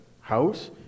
house